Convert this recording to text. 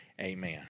Amen